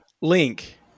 Link